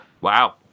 Wow